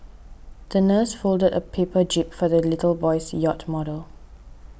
the nurse folded a paper jib for the little boy's yacht model